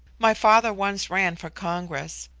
my father once ran for congress,